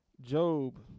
Job